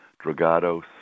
Dragados